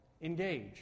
Engage